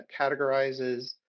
categorizes